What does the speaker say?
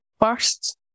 first